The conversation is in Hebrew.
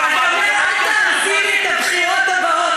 אתה אומר: אל תהרסי לי את הבחירות הבאות,